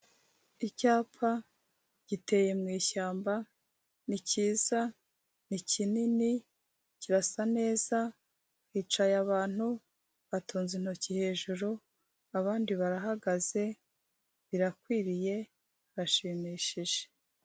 Icyapa giteye mu ishyamba, ni cyiza, ni kinini, kirasa neza, hicaye abantu, batunze intoki hejuru abandi barahagaze, birakwiriye, hashimishije.